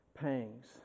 pangs